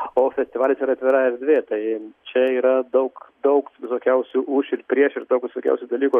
o festivalis yra atvira erdvė tai čia yra daug daug visokiausių už ir prieš ir daug visokiausių dalykų